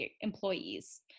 employees